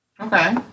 Okay